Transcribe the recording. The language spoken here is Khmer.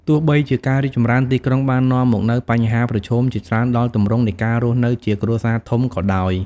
ទោះបីជាការរីកចម្រើនទីក្រុងបាននាំមកនូវបញ្ហាប្រឈមជាច្រើនដល់ទម្រង់នៃការរស់នៅជាគ្រួសារធំក៏ដោយ។